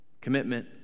Commitment